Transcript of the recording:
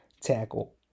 tackle